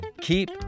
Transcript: Keep